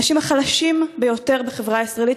לאנשים החלשים ביותר בחברה הישראלית,